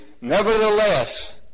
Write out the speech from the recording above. Nevertheless